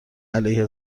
علیه